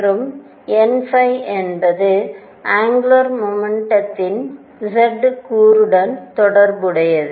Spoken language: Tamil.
மற்றும் n என்பது அங்குலார் மொமெண்டதின் z கூறுடன் தொடர்புடையது